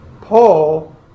Paul